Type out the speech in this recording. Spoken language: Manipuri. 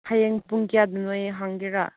ꯍꯌꯦꯡ ꯄꯨꯡ ꯀꯌꯥꯗ ꯅꯣꯏ ꯍꯥꯡꯒꯦꯔꯥ